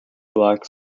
black